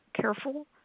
careful